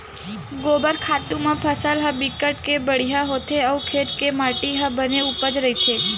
गोबर खातू म फसल ह बिकट के बड़िहा होथे अउ खेत के माटी ह बने उपजउ रहिथे